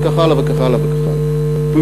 וכך הלאה וכך הלאה וכך הלאה.